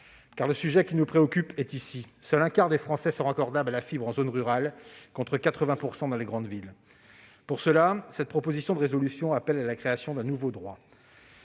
est le sujet qui nous préoccupe : seul un quart des Français sont raccordables à la fibre en zone rurale, contre 80 % dans les grandes villes. Pour cela, cette proposition de résolution appelle à la création d'un nouveau droit,